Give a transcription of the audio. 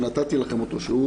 שנתתי לכם אותו,